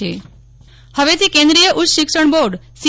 નેહલ ઠકકર હવેથી કેન્દ્રિય ઉચ્ચ શિક્ષણ બોર્ડ સી